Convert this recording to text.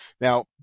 Now